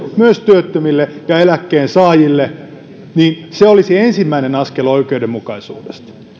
myös työttömille ja eläkkeensaajille niin se olisi ensimmäinen askel oikeudenmukaisuuteen